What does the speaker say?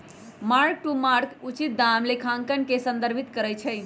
mark to market उचित दाम लेखांकन के संदर्भित करइ छै